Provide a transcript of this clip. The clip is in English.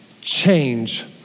change